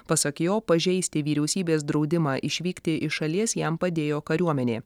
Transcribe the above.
pasak jo pažeisti vyriausybės draudimą išvykti iš šalies jam padėjo kariuomenė